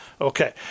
Okay